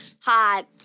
hot